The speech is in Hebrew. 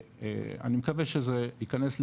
אני מקווה שזה יתכנס לשם,